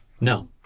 No